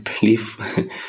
believe